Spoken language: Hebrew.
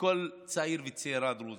לכל צעיר וצעירה דרוזים: